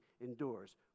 endures